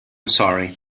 sorry